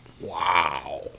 Wow